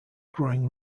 growing